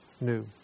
new